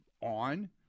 on